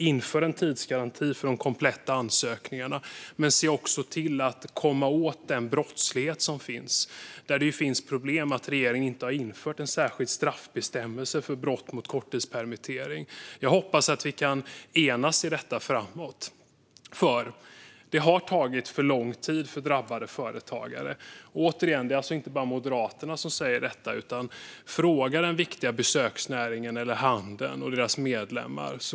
Inför en tidsgaranti för de kompletta ansökningarna, men se också till att komma åt den brottslighet som finns. Det är ett problem att regeringen inte har infört en särskild straffbestämmelse för brott som gäller korttidspermitteringsstöden. Jag hoppas att vi kan enas i detta framöver. Det har tagit för lång tid för drabbade företagare. Återigen är det alltså inte bara Moderaterna som säger detta. Fråga den viktiga besöksnäringen eller handeln och deras medarbetare!